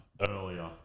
earlier